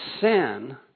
sin